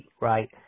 right